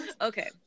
Okay